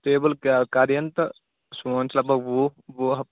stable کیٛاہ کَر یِن تہٕ سون چھُ لگ بگ وُہ وُہہ